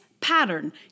pattern